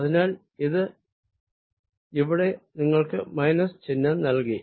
അതിനാൽ ഇത് ഇവിടെ നിങ്ങൾക്ക് മൈനസ് ചിഹ്നം നൽകി